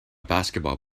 basketball